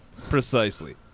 precisely